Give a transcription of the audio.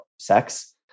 sex